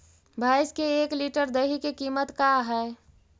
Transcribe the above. भैंस के एक लीटर दही के कीमत का है?